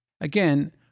Again